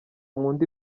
nkunde